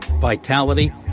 vitality